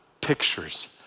pictures